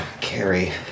Carrie